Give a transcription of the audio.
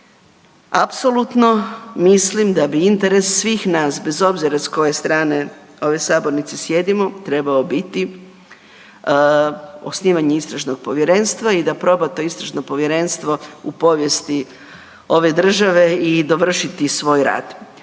apsolutno mislim da bi interes svih nas, bez obzira s koje strane ove sabornice sjedimo, trebao biti osnivanje Istražnog povjerenstva i da proba to Istražno povjerenstvo u povijesti ove države i dovršiti svoj rad.